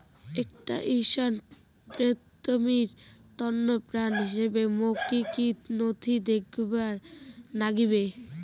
একটা ঋণ প্রাপ্তির তন্ন প্রমাণ হিসাবে মোক কী কী নথি দেখেবার নাগিবে?